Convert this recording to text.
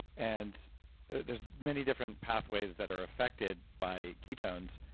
and there's many different pathways that are affected by ketones,